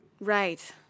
right